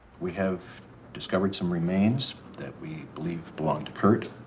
we have discovered some remains that we believe belong to curt.